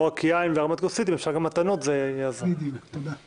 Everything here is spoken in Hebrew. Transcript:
יהיה טוב שימשיך ברור שהנסיבות מיוחדות